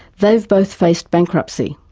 they have both faced bankruptcy,